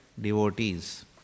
devotees